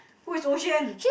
who is Oh xuan